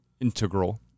integral